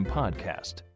podcast